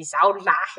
izao lah.